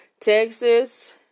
Texas